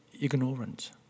Ignorant